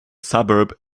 suburb